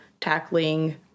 tackling